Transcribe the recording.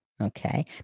Okay